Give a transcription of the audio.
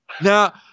Now